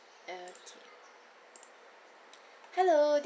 okay hello